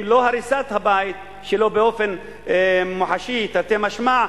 אם לא הריסת הבית שלו באופן מוחשי, תרתי משמע,